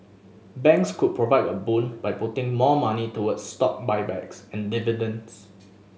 banks could provide a boon by putting more money toward stock buybacks and dividends